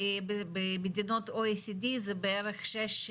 ובמדינות OECD זה בערך 6,